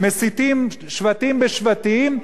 מסיתים שבטים בשבטים,